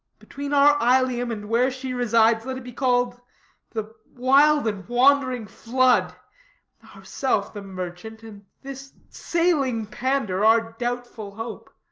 between our ilium and where she resides let it be call'd the wild and wand'ring flood ourself the merchant, and this sailing pandar our doubtful hope,